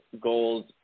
goals